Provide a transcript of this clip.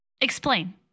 Explain